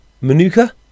Manuka